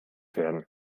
werden